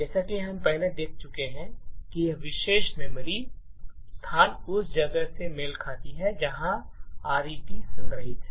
जैसा कि हम पहले देख चुके हैं कि यह विशेष मेमोरी स्थान उस जगह से मेल खाती है जहां आरईटी संग्रहीत है